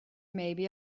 maybe